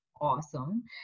awesome